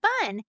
fun